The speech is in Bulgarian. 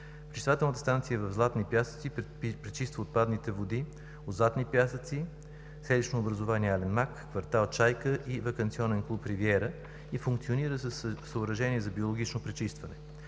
Пречиствателната станция в Златни пясъци пречиства отпадъчните води от Златни пясъци, селищното образувание „Ален мак“, кв. „Чайка“ и ваканционен клуб „Ривиера“ и функционира със съоръжения за биологично пречистване.